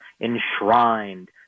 enshrined